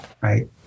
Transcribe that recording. right